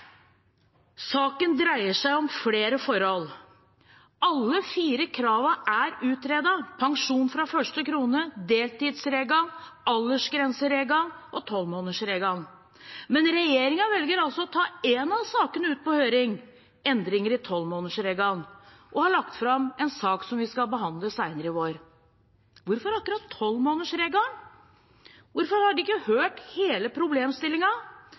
Saken dreier seg om flere forhold. Alle fire kravene er utredet: pensjon fra første krone, deltidsregelen, aldersgrenseregelen og tolvmånedersregelen. Men regjeringen velger å ta én av sakene ut på høring, endringer i tolvmånedersregelen, og har lagt fram en sak som vi skal behandle senere i vår. Hvorfor akkurat tolvmånedersregelen – hvorfor har de ikke hørt hele